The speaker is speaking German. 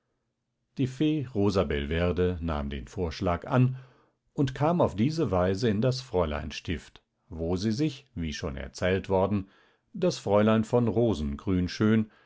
die fee rosabelverde nahm den vorschlag an und kam auf diese weise in das fräuleinstift wo sie sich wie schon erzählt worden das fräulein von rosengrünschön